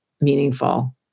meaningful